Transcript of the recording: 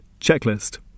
Checklist